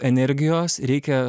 energijos reikia